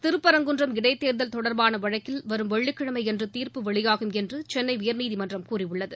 திருபரங்குன்றம் இடைத்தேர்தல் தொடர்பான வழக்கில் வரும் வெள்ளிக் கிழமையன்று தீர்ப்பு வெளியாகும் என்று சென்னை உயர்நீதிமன்றம் கூறியுள்ளது